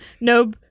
no